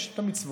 יש את המצוות,